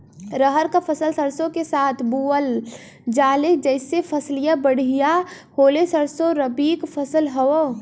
रहर क फसल सरसो के साथे बुवल जाले जैसे फसलिया बढ़िया होले सरसो रबीक फसल हवौ